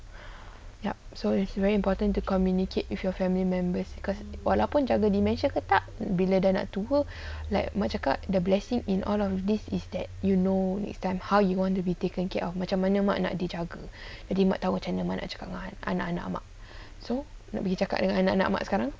yup so it's very important to communicate with your family members because walaupun jaga dementia ke tak bila dah nak tua like mak cakap the blessing in all of this is that you know next time how you want to be taken care of macam mana mak nak dijaga jadi mak tahu mak nak cakap dengan anak-anak mak so bila nak cakap dengan anak-anak mak sekarang